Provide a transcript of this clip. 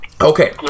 Okay